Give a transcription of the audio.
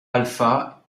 alpha